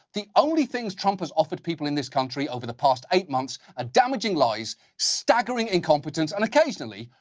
the only things trump has offered people in this country over the past eight months are damaging lies, staggering incompetence, and occasionally,